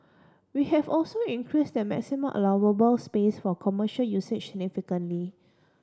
we have also increase the maximum allowable space for commercial usage significantly